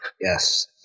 Yes